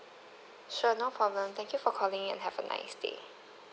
sure no problem thank you for calling and have a nice day